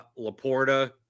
Laporta